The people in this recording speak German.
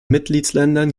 mitgliedsländern